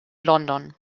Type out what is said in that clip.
london